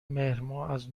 مهرماه، از